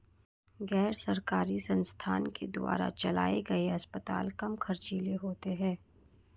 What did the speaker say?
गैर सरकारी संस्थान के द्वारा चलाये गए अस्पताल कम ख़र्चीले होते हैं